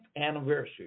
anniversary